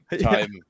time